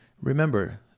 remember